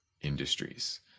Industries